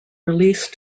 released